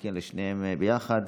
מכן לשניהם יחד.